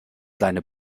seine